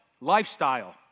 Lifestyle